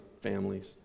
families